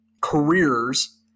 careers